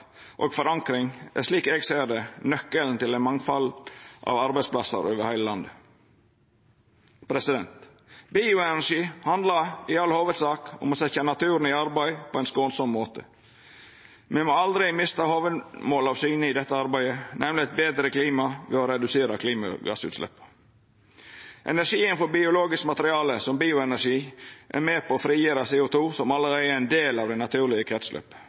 og forankring er, slik eg ser det, nøkkelen til eit mangfald av arbeidsplassar over heile landet. Bioenergi handlar i all hovudsak om å setja naturen i arbeid på ein skånsam måte. Me må i dette arbeidet aldri mista hovudmålet av syne, nemleg eit betre klima ved å redusera klimagassutsleppa. Energien frå biologisk materiale som bioenergi er med på å frigjera CO 2, som allereie er ein del av det naturlege